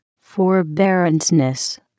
forbearance